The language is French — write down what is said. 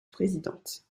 présidente